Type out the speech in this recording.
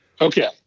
Okay